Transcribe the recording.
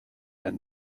and